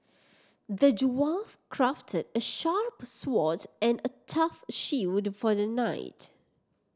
the dwarf crafted a sharp sword and a tough shield for the knight